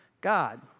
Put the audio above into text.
God